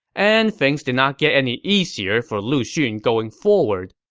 and things did not get any easier for lu xun going forward.